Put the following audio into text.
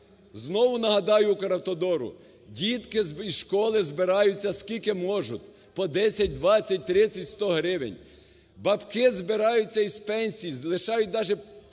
Знову нагадаю "Укравтодору", дітки із школи збираються скільки можуть – по 10, 20, 30, 100 гривень, бабки збираються із пенсій, лишають даже